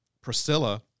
Priscilla